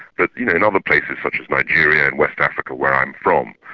but you know in other places, such as nigeria and west africa, where i'm from,